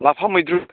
लाफा मैद्रु